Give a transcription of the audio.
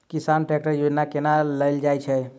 किसान ट्रैकटर योजना केना लेल जाय छै?